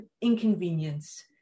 inconvenience